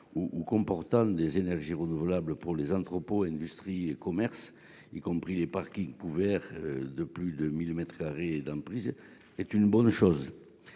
ou comportant des équipements d'énergie renouvelable pour les entrepôts, industries et commerce, y compris les parkings couverts de plus de 1 000 mètres carrés d'emprise, est une bonne chose.